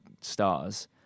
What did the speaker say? stars